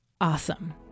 awesome